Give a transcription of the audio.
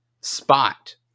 spot